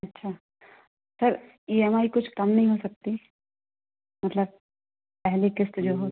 अच्छा sir E M I कुछ कम नहीं हो सकती मतलब पहली किस्त जो हो